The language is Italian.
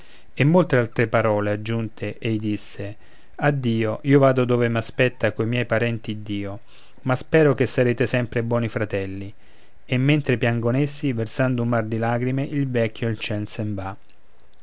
lega e molt'altre parole aggiunte ei disse addio io vado ove m aspetta co miei parenti iddio ma spero che sarete sempre buoni fratelli e mentre piangon essi versando un mar di lagrime il vecchio